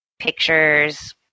pictures